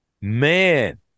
man